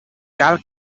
cal